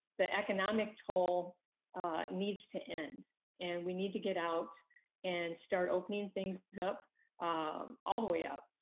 the economic toll needs to end and we need to get out and start opening things up all the way up.